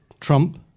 Trump